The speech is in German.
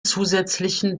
zusätzlichen